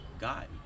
God